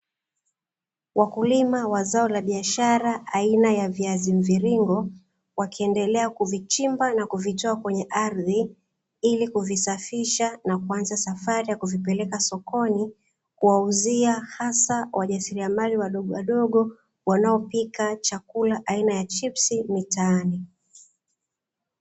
Wakulima wa zao la biashara aina ya viazi mviringo, wakiendelea kuvichimba na kuvitoa kwenye ardhi, ili kuvisafisha na kuanza safari ya kuvipeleka sokoni, kuwauzia hasa wajasiliamali wadogowadogo, wanaopika chakula aina ya chipsi mitaani.